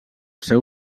seu